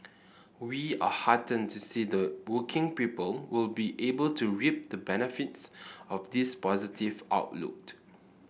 we are heartened to see the working people will be able to reap the benefits of this positive outlook